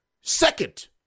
second